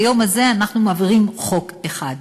ביום הזה הנה אנחנו מעבירים חוק אחד.